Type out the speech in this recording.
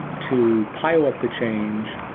to pilot the change,